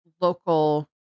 local